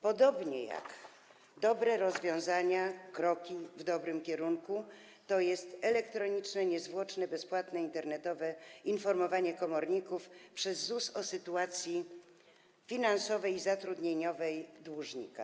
Podobnie dobre rozwiązania, kroki w dobrym kierunku to elektroniczne, niezwłoczne, bezpłatne, internetowe informowanie komorników przez ZUS o sytuacji finansowej i zatrudnieniowej dłużnika.